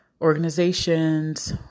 organizations